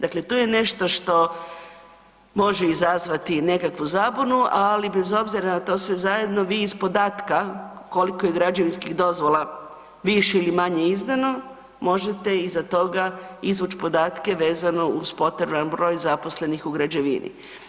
Dakle, to je nešto što može izazvati nekakvu zabunu, ali bez obzira na to sve zajedno, vi iz podatka koliko je građevinskih dozvola više ili manje izdano, možete iza toga izvući podatke vezano uz potreban broj zaposlenih u građevini.